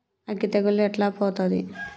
అగ్గి తెగులు ఎట్లా పోతది?